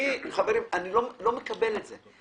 אני לא מקבל את זה.